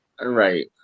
Right